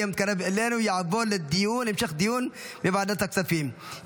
המתקרב אלינו תעבור להמשך דיון בוועדת הכספים.